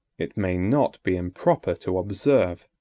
it may not be improper to observe,